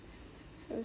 uh